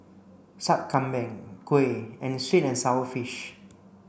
Sup Kambing Kuih and sweet and sour fish